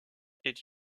est